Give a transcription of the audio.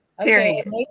Period